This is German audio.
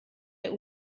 der